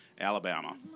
Alabama